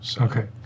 Okay